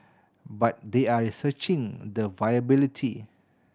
but they are researching the viability